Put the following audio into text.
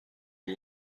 روی